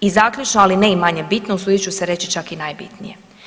I zaključno, ali ne i manje bitno, usudit ću se reći čak i najbitnije.